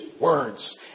words